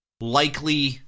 likely